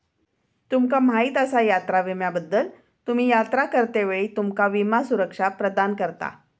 तुमका माहीत आसा यात्रा विम्याबद्दल?, तुम्ही यात्रा करतेवेळी तुमका विमा सुरक्षा प्रदान करता